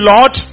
Lord